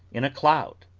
in a cloud.